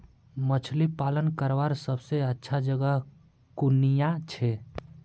मछली पालन करवार सबसे अच्छा जगह कुनियाँ छे?